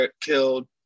killed